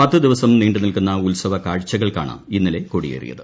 പത്തു ദിവസം നീണ്ടു നിൽക്കുന്ന ഉത്സവകാഴ്ചകൾക്കാണ് ഇന്നലെ കൊടിയേറിയത്